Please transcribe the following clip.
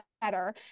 better